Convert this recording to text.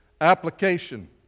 application